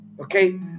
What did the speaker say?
Okay